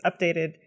updated